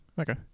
okay